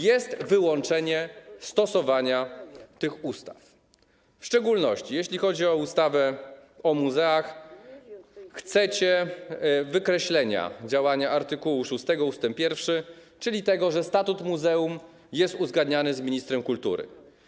Jest wyłączenie stosowania tych ustaw, w szczególności jeśli chodzi o ustawę o muzeach, chcecie wykreślenia działania z art. 6 ust. 1, czyli tego, że statut muzeum jest uzgadniany z ministrem kultury.